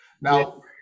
Now